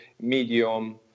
Medium